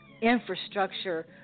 infrastructure